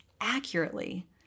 accurately